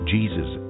Jesus